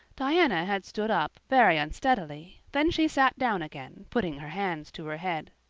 diana had stood up very unsteadily then she sat down again, putting her hands to her head.